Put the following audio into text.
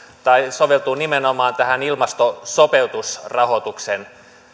soveltuu nimenomaan tähän ilmastosopeutusrahoituksen